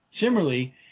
Similarly